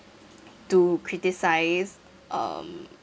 to criticise um